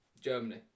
Germany